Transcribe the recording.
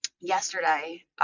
yesterday